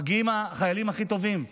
מגיעים החיילים הכי טובים.